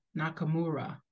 Nakamura